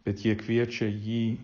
bet jie kviečia jį